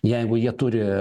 jeigu jie turi